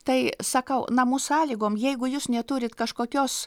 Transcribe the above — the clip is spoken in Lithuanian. tai sakau namų sąlygom jeigu jūs neturit kažkokios